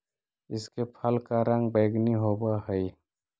इसके फल का रंग बैंगनी होवअ हई